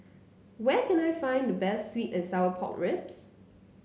where can I find the best sweet and Sour Pork Ribs